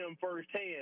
firsthand